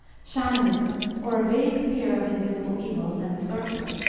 shamanism, or a vague fear of invisible evils and the sorcerer,